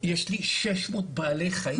יש לי 600 בעלי חיים.